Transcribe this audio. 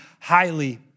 highly